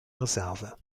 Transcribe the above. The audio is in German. reserve